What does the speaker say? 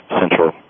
central